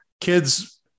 kids